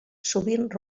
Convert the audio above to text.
sovint